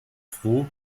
froh